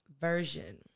version